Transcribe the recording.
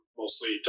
mostly